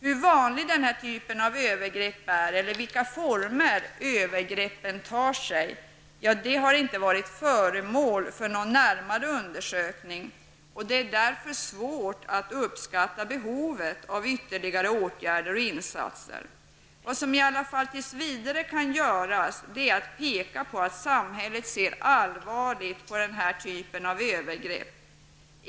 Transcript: Hur vanlig denna typ av övergrepp är och vilka former övergreppen tar har emellertid inte varit föremål för någon närmare undersökning. Det är därför svårt att uppskatta behovet av ytterligare åtgärder och insatser. Vad som i alla fall tills vidare kan göras är att peka på att samhället ser allvarligt på den här typen av övergrepp.